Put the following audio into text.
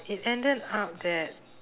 it ended up that